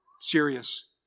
serious